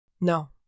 No